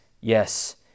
yes